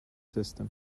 system